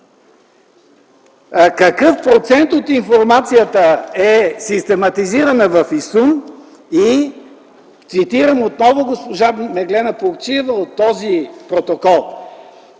какъв процент от информацията е систематизирана в ИСУН? Цитирам отново госпожа Меглена Плугчиева от този протокол: